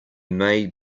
may